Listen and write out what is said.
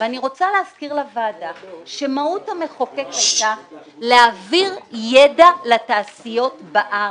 ואני רוצה להזכיר לוועדה שמהות המחוקק הייתה להעביר ידע לתעשיות בארץ.